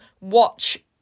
watch